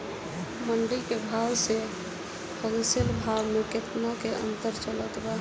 मंडी के भाव से होलसेल भाव मे केतना के अंतर चलत बा?